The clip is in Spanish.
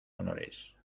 honores